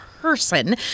person